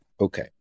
Okay